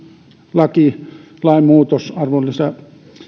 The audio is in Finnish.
lakimuutos arvonlisäveron